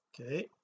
okay